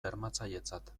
bermatzailetzat